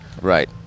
Right